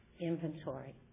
inventory